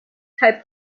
kaj